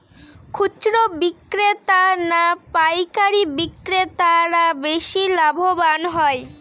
খুচরো বিক্রেতা না পাইকারী বিক্রেতারা বেশি লাভবান হয়?